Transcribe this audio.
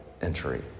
Entry